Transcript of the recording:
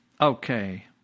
Okay